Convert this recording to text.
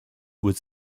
would